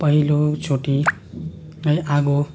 पहिलोचोटि है आगो